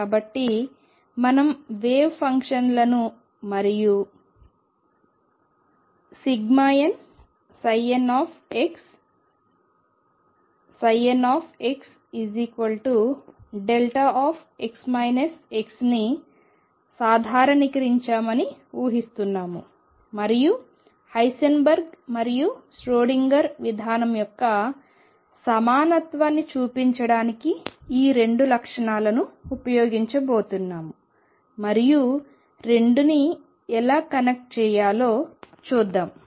కాబట్టి మనం వేవ్ ఫంక్షన్లను మరియు nnxnxδx x ని సాధారణీకరించామని ఊహిస్తున్నాము మరియు హైసెన్బర్గ్ మరియు ష్రోడింగర్ విధానం యొక్క సమానత్వాన్ని చూపించడానికి ఈ రెండు లక్షణాలను ఉపయోగించబోతున్నాము మరియు రెండుని ఎలా కనెక్ట్ చేయాలో చూద్దాం